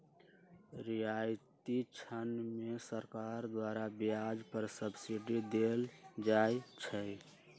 रियायती ऋण में सरकार द्वारा ब्याज पर सब्सिडी देल जाइ छइ